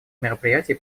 мероприятий